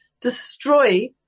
destroy –